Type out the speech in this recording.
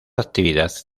actividad